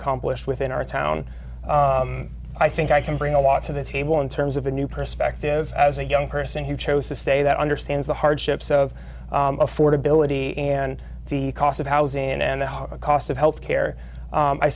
accomplished within our town i think i can bring a lot to the table in terms of a new perspective as a young person who chose to stay that understands the hardships of affordability and the cost of housing and a cost of health care